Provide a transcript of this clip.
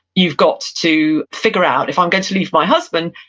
you've got to figure out, if i'm going to leave my husband,